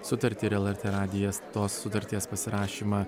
sutartį ir lrt radijas tos sutarties pasirašymą